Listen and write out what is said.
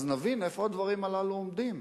אז נבין איפה הדברים הללו עומדים.